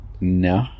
No